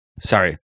Sorry